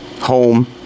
home